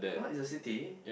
!huh! is a city